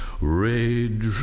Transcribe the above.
Rage